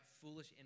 foolish